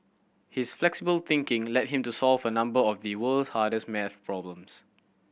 his flexible thinking led him to solve a number of the world's hardest maths problems